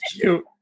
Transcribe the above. cute